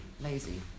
Lazy